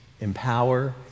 empower